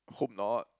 hope not